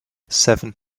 seven